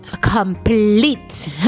complete